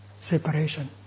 separation